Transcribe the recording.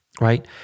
right